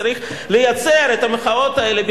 צריך לייצר את המחאות האלה.